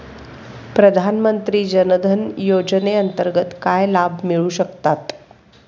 प्रधानमंत्री जनधन योजनेअंतर्गत काय लाभ मिळू शकतात?